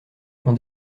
qu’on